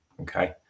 Okay